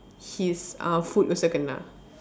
his uh foot also kena